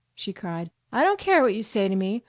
she cried i don't care what you say to me!